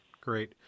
Great